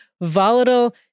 volatile